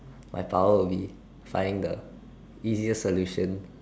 my power would be finding the easier solution